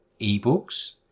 ebooks